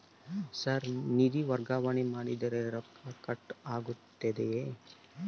Sir ನಿಧಿ ವರ್ಗಾವಣೆ ಮಾಡಿದರೆ ರೊಕ್ಕ ಕಟ್ ಆಗುತ್ತದೆಯೆ?